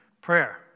Prayer